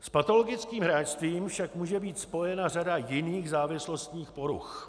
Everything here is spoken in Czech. S patologickým hráčstvím však může být spojena řada jiných závislostních poruch.